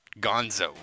Gonzo